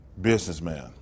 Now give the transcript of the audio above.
businessman